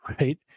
Right